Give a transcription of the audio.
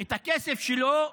את הכסף שלו,